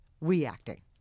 reacting